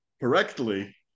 correctly